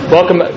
Welcome